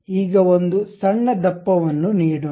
ಈಗ ಒಂದು ಸಣ್ಣ ದಪ್ಪವನ್ನು ನೀಡೋಣ